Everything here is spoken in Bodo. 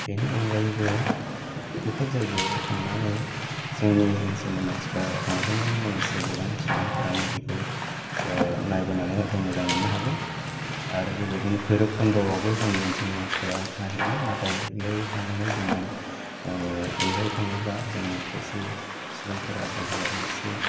बिनि अनगायैबो बेफोर जायगायाव थांनानै जोंनि ओनसोलनि मानसिफोरा रंजानायनि लोगोसे गोबां सुबुंफोरानो बेिखौ ओ नायबोनानै हयथ' मोजां मोननो हागौ आरो बेबायदिनो भैरोबखन्दआवबो जोंनि ओनसोलनि मानसिफोरा नायहैयो नाथाय बेहाय थांनानै जोंनि ओ बैहाय थांनोब्ला जोंनि खायसे सुबुंफोरा देहायारि एसे